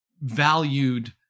valued